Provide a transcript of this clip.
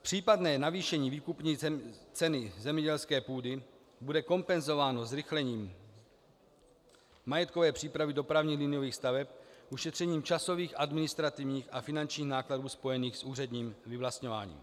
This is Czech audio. Případné navýšení výkupní ceny zemědělské půdy bude kompenzováno zrychlením majetkové přípravy dopravních liniových staveb, ušetřením časových, administrativních a finančních nákladů spojených s úředním vyvlastňováním.